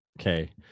Okay